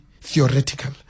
theoretical